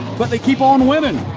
but they keep on winning.